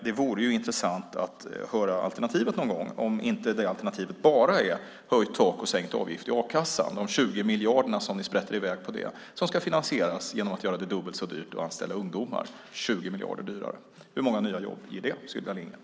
Det vore intressant att höra alternativet någon gång, om det inte bara är höjt tak och sänkt avgift i a-kassan, de 20 miljarderna som ni sprätter iväg på det, som ska finansieras genom att göra det dubbelt så dyrt att anställa ungdomar. Det blir 20 miljarder dyrare. Hur många nya jobb ger det, Sylvia Lindgren?